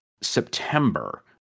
September